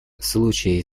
случай